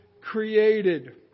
created